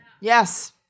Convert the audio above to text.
Yes